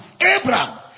Abraham